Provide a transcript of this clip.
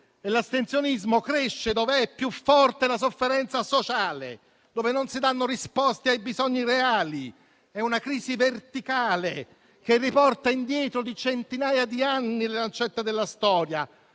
l'astensionismo cresce dov'è più forte la sofferenza sociale e non si danno risposte ai bisogni reali. È una crisi verticale, che riporta indietro di centinaia di anni le lancette della storia,